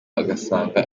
agasanga